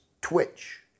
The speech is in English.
Twitch